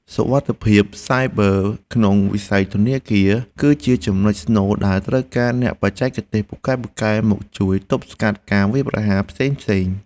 សុវត្ថិភាពសាយប័រក្នុងវិស័យធនាគារ គឺជាចំណុចស្នូលដែលត្រូវការអ្នកបច្ចេកទេសពូកែៗមកជួយទប់ស្កាត់ការវាយប្រហារផ្សេងៗ។